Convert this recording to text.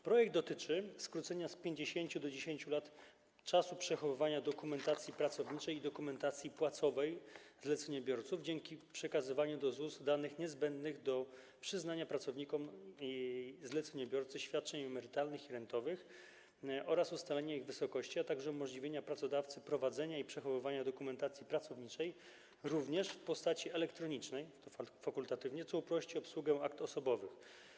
Projekt dotyczy skrócenia z 50 do 10 lat czasu przechowywania dokumentacji pracowniczej i dokumentacji płacowej zleceniobiorców dzięki przekazywaniu do ZUS danych niezbędnych do przyznania pracownikom i zleceniobiorcy świadczeń emerytalnych i rentowych oraz ustalenia ich wysokości, a także umożliwienia pracodawcy prowadzenia i przechowywania dokumentacji pracowniczej również w postaci elektronicznej, fakultatywnie, co uprości obsługę akt osobowych.